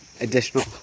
additional